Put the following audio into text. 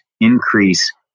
increase